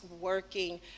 working